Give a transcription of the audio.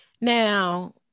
Now